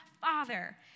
father